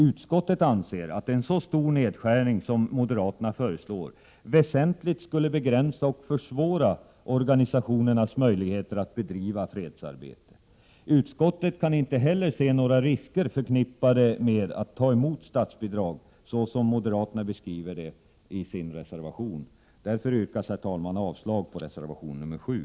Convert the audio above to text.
Utskottet anser att en så stor nedskärning som den som moderaterna föreslår väsentligt skulle begränsa och försvåra organisationernas möjligheter att bedriva fredsarbete. Utskottet kan inte heller se några risker förknippade med att organisationer tar emot statsbidrag på det sätt som moderaterna beskriver i sin reservation. Därför yrkar jag, herr talman, avslag på reservation nr 7.